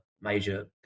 major